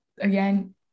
again